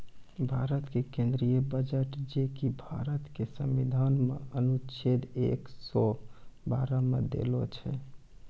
भारतो के केंद्रीय बजट जे कि भारत के संविधान मे अनुच्छेद एक सौ बारह मे देलो छै